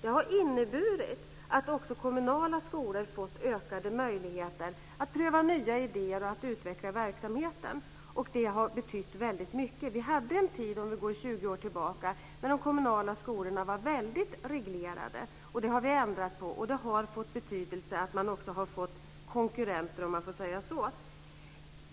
Det har inneburit att också kommunala skolor har fått ökade möjligheter att pröva nya idéer och att utveckla verksamheten, och det har betytt väldigt mycket. Vi hade för 20 år sedan en tid när de kommunala skolorna var väldigt reglerade. Det har vi ändrat på, och det har också fått betydelse att de så att säga har fått konkurrenter.